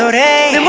hey,